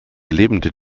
lebende